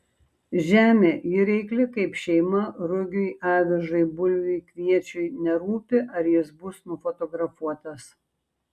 žemė ji reikli kaip šeima rugiui avižai bulvei kviečiui nerūpi ar jis bus nufotografuotas